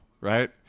right